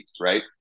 right